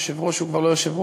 היושב-ראש הוא כבר לא יושב-ראש,